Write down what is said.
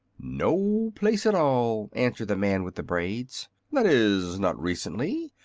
no place at all, answered the man with the braids that is, not recently.